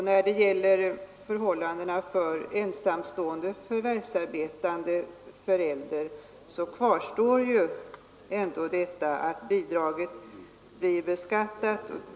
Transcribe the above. När det gäller förhållandena för ensamstående förvärvsarbetande förälder, så kvarstår ju ändå detta att bidraget blir beskattat.